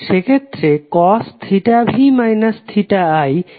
সেক্ষেত্রে cos v i 1 হবে